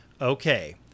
okay